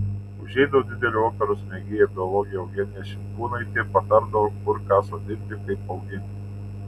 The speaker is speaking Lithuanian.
užeidavo didelė operos mėgėja biologė eugenija šimkūnaitė patardavo kur ką sodinti kaip auginti